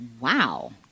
Wow